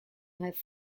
have